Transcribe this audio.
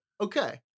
okay